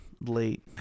late